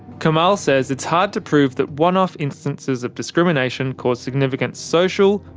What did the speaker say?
kamal says it's hard to prove that one-off instances of discrimination cause significant social,